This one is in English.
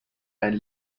and